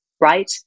right